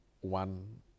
one